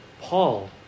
Paul